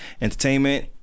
entertainment